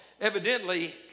Evidently